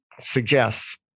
suggests